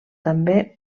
també